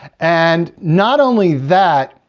and not only that,